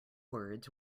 words